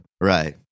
Right